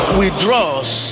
withdraws